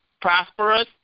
prosperous